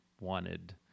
wanted